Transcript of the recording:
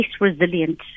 resilient